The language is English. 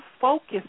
focus